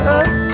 up